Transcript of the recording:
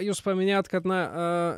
jūs paminėjot kad na a